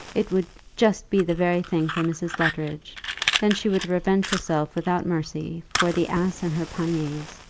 it would just be the very thing for mrs. luttridge then she would revenge herself without mercy for the ass and her panniers.